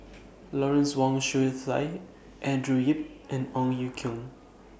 Lawrence Wong Shyun Tsai Andrew Yip and Ong Ye Kung